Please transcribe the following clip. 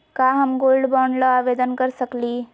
का हम gold bond ल आवेदन कर सकली?